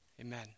Amen